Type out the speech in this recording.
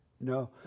No